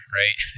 right